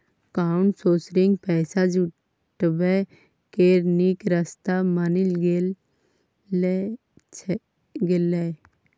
crowdsourcing पैसा जुटबै केर नीक रास्ता बनि गेलै यै